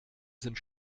sind